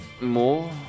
more